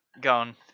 gone